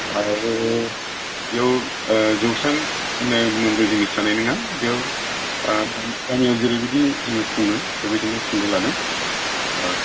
आरो बेयाव जौसां होननाय मोनबो जिनिस थानाय नङा बेयाव गामियाव जेरैबायदि जों खुङो बेबायदिनो खुंनो लादों